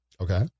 Okay